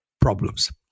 problems